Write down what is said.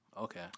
okay